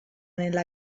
nella